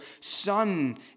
son